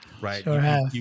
right